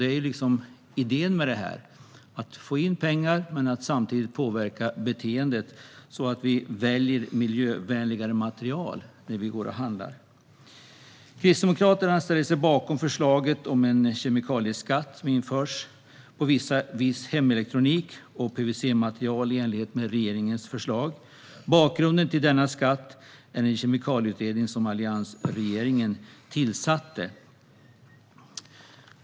Det är det som är idén med det här, att få in pengar men att samtidigt påverka beteendet så att man väljer miljövänligare material när man går och handlar. Kristdemokraterna ställer sig bakom förslaget om införandet av en kemikalieskatt på viss hemelektronik och PVC-material i enlighet med regeringens förslag. Bakgrunden till denna skatt är den kemikalieutredning som alliansregeringen tillsatte.